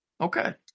Okay